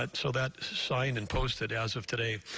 but so that is sign and posted as of today,